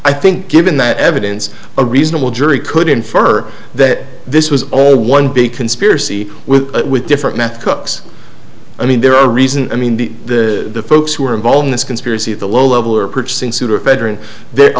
i think given that evidence a reasonable jury could infer that this was all one big conspiracy with with different meth cooks i mean there are reasons i mean the the folks who are involved in this conspiracy at the low level are purchasing pseudoephedrine there